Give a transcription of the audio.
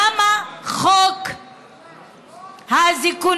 למה חוק האזיקונים,